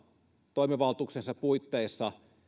toimivaltuuksiensa puitteissa